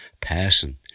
person